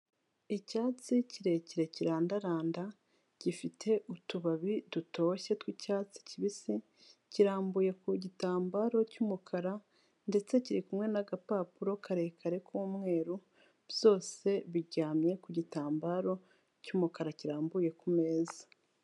Icyatsi kirekire kirandaranda, gifite utubabi dutoshye tw'icyatsi kibisi, kirambuye ku gitambaro cy'umukara ndetse kiri kumwe n'agapapuro karekare k'umweru, byose biryamye ku gitambaro cy'umukara kirambuye ku meza.